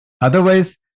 Otherwise